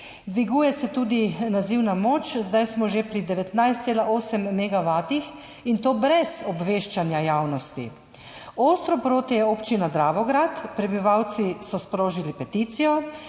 Dviguje se tudi nazivna moč, zdaj smo že pri 19,8 megavata, in to brez obveščanja javnosti. Ostro proti je Občina Dravograd, prebivalci so sprožili peticijo,